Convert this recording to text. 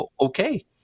okay